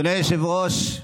אדוני היושב-ראש,